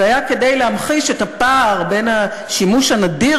זה היה כדי להמחיש את הפער בין השימוש הנדיר